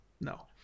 no